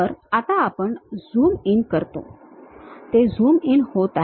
तर आता आपण झूम इन करतो ते झूम कमी होत आहे